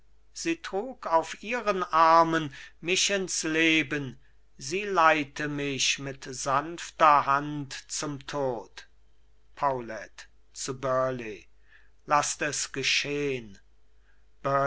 sie trug auf ihren armen mich ins leben sie leite mich mit sanfter hand zum tod paulet zu burleigh laßt es geschehn